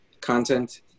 content